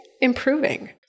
improving